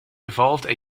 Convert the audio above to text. evolved